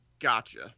Gotcha